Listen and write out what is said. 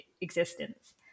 existence